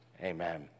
Amen